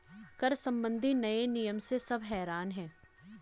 कर संबंधी नए नियम से सब हैरान हैं